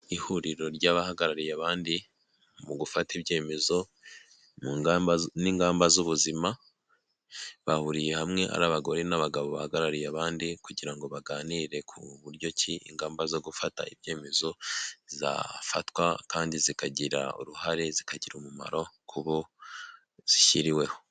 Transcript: Ihuriro ry'abahagarariye abandi mu gufata ibyemezo mu ngamba z'ubuzima bahuriye hamwe ari abagore n'abagabo bahagarariye abandi kugira ngo baganire ku buryo ki ingamba zo gufata ibyemezo zafatwa kandi zikagira uruhare zikagira umumaro ku bo zishyiriweho.